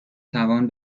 توان